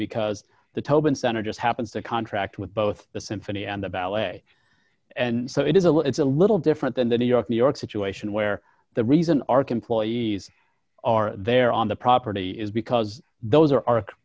because the tobin center just happens to contract with both the symphony and the ballet and so it is a look it's a little different than the new york new york situation where the reason ark employees are there on the property is because those are